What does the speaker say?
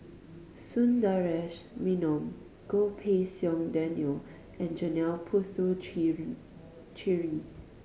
Sundaresh Menon Goh Pei Siong Daniel and Janil cheary